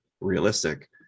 realistic